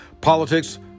Politics